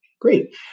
Great